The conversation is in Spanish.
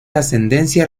ascendencia